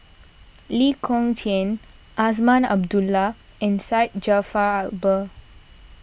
Lee Kong Chian Azman Abdullah and Syed Jaafar Albar